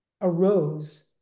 arose